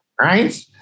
right